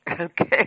Okay